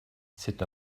c’est